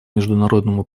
международному